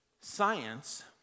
Science